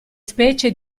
specie